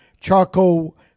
Charcoal